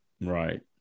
right